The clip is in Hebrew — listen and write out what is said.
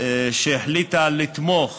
החליטה לתמוך